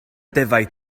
defaid